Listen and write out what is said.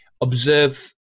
observe